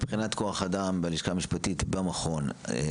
מבחינת כוח בלשכה המשפטית במכון,